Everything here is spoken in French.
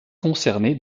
concernées